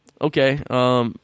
Okay